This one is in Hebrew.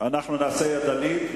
אנחנו נעשה הצבעה ידנית,